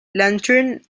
lantern